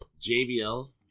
JBL